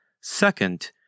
Second